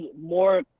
more